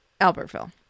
Albertville